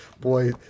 Boy